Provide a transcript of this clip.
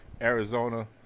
Arizona